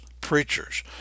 preachers